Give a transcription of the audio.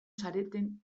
zareten